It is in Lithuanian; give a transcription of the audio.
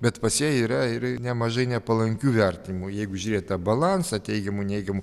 bet pas ją yra ir nemažai nepalankių vertinimų jeigu žiūrėt tą balansą teigiamų neigiamų